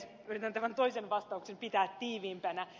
yritän tämän toisen vastauksen pitää tiiviimpänä